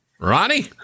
Ronnie